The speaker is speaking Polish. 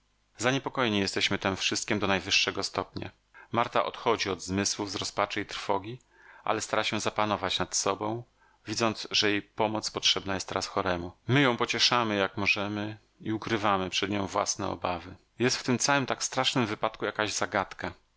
zaniepokojeni jesteśmy tem wszystkiem do najwyższego stopnia marta odchodzi od zmysłów z rozpaczy i trwogi ale stara się zapanować nad sobą widząc że jej pomoc potrzebna jest teraz choremu my ją pocieszamy jak możemy i ukrywamy przed nią własne obawy jest w tym całym tak strasznym wypadku jakaś zagadka